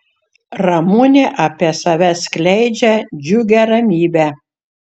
ramunė apie save skleidžia džiugią ramybę